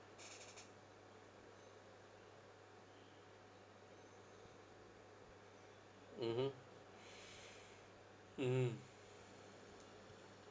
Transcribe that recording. mmhmm mm